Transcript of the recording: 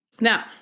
Now